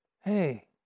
hey